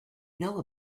know